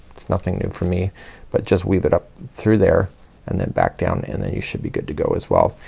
it's nothing new for me but just weave it up through there and then back down and then you should be good to go as well.